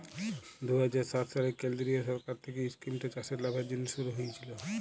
দু হাজার সাত সালে কেলদিরিয় সরকার থ্যাইকে ইস্কিমট চাষের লাভের জ্যনহে শুরু হইয়েছিল